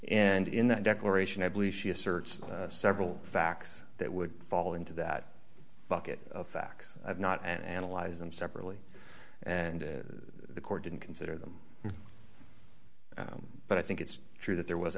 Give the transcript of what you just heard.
and in that declaration i believe she asserts several facts that would fall into that bucket of facts i've not analyzed them separately and the court didn't consider them but i think it's true that there was